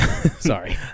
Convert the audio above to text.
Sorry